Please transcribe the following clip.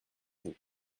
vous